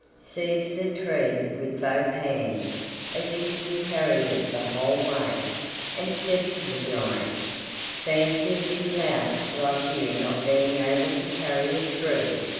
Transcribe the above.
seized the tree with both hands as if he had carried it the whole way and said to the giant fancy a big lout like you not being able to carry a tree!